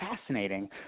fascinating